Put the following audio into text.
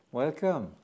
welcome